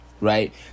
right